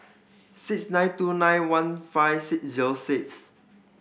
six nine two nine one five six zero six